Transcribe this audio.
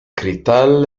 cristal